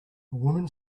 woman